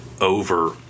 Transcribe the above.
over